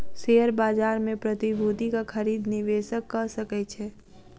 share बाजार मे प्रतिभूतिक खरीद निवेशक कअ सकै छै